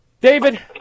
David